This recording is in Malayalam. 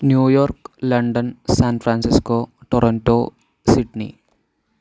New York London San Francisco Toronto Sydney